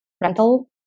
rental